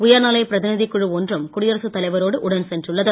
உயர்நிலை பிரதிநிதிக் குழு ஒன்றும் குடியரசுத் தலைவரோடு உடன் சென்றுள்ளது